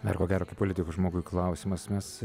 dar ko gero kaip politikos žmogui klausimas mes